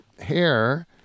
hair